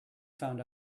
found